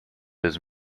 his